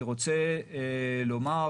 אני רוצה לומר